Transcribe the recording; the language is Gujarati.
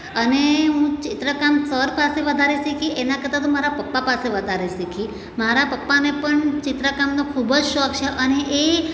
અને હું ચિત્રકામ સર પાસે વધારે શીખી એના કરતાં તો મારા પપ્પા પાસે વધારે શીખી મારા પપ્પાને પણ ચિત્ર કામનો ખૂબ જ શોખ છે અને એ